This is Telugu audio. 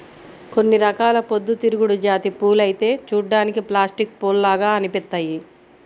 కొన్ని రకాల పొద్దుతిరుగుడు జాతి పూలైతే చూడ్డానికి ప్లాస్టిక్ పూల్లాగా అనిపిత్తయ్యి